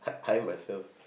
I myself